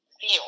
feel